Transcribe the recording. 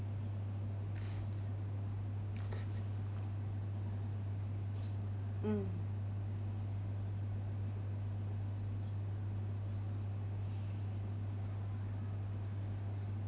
mm